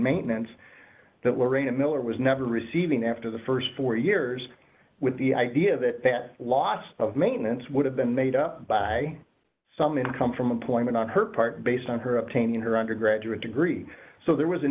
maintenance that lorraine and miller was never receiving after the st four years with the idea that that loss of maintenance would have been made up by some income from employment on her part based on her obtaining her undergraduate degree so there was an